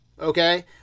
okay